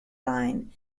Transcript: line